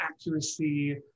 accuracy